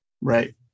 Right